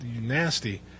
nasty